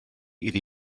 iddi